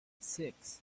six